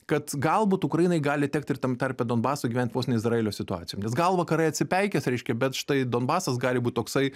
kad galbūt ukrainai gali tekt ir tam tarpe donbasui gyvent vos ne izraelio situacijom nes gal vakarai atsipeikės reiškia bet štai donbasas gali būt toksai